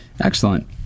Excellent